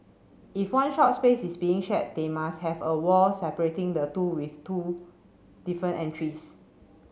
if one shop space is being share they must have a wall separating the two with two different entries